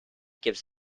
gives